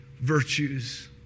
virtues